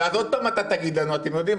ואז עוד פעם אתה תגיד לנו: אתם יודעים,